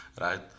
right